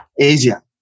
Asia